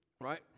right